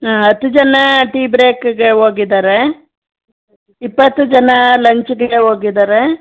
ಹತ್ತು ಜನ ಟೀ ಬ್ರೇಕಿಗೆ ಹೋಗಿದಾರೆ ಇಪ್ಪತ್ತು ಜನ ಲಂಚಿಗೆ ಹೋಗಿದಾರೆ